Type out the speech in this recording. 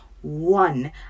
one